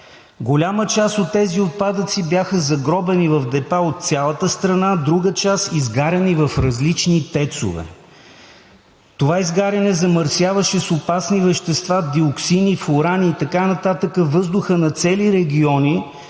Голяма част от тези отпадъци бяха загробени в депа от цялата страна, друга част изгаряни в различни ТЕЦ-ове. Това изгаряне замърсяваше с опасни вещества – диоксини, фурани и така нататък, въздуха на цели региони